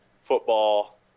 football